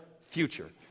future